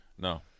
No